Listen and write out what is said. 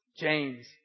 James